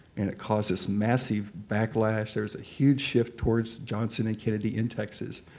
and it caused this massive backlash. there was a huge shift towards johnson and kennedy in texas.